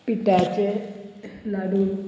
पिठ्याचें लाडू